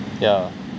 yeah